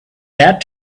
that